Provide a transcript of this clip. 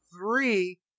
three